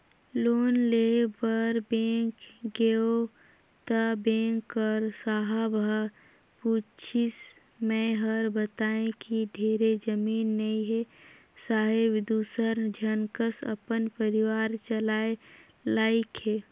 loan लेय बर bank गेंव त बेंक कर साहब ह पूछिस मै हर बतायें कि ढेरे जमीन नइ हे साहेब दूसर झन कस अपन परिवार चलाय लाइक हे